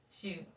Shoot